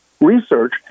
research